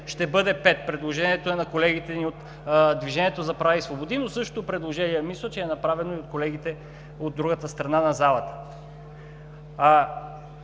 ще бъде пет – предложението е на колегите от Движението за права и свободи. Същото предложение мисля, че е направено и от колегите от другата страна на залата. Това